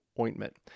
ointment